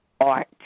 art